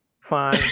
fine